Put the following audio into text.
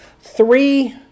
three